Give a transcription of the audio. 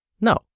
No